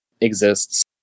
exists